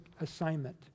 assignment